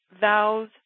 vows